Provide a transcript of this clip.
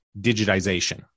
digitization